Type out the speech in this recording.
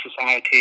society